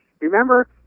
Remember